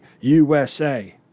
USA